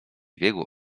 biegło